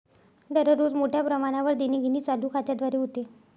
दररोज मोठ्या प्रमाणावर देणीघेणी चालू खात्याद्वारे होते